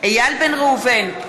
איל בן ראובן,